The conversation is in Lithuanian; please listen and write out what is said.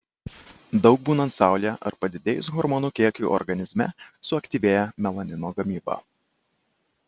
daug būnant saulėje ar padidėjus hormonų kiekiui organizme suaktyvėja melanino gamyba